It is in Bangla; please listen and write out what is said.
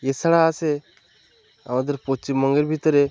এছাড়া আছে আমাদের পশ্চিমবঙ্গের ভিতরে